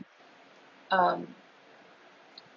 um